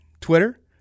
Twitter